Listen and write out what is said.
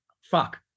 fuck